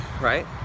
right